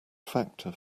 factor